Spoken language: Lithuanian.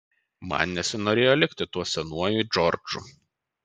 man nesinorėjo likti tuo senuoju džordžu